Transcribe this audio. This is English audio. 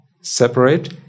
separate